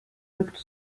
rückt